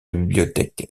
bibliothèque